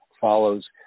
follows